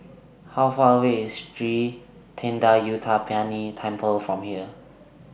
How Far away IS Sri Thendayuthapani Temple from here